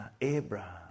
Abraham